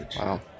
Wow